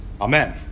Amen